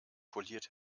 poliert